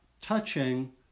touching